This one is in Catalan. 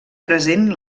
present